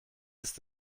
ist